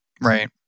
Right